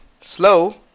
Slow